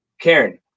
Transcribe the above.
Karen